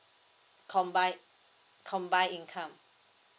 combine combined income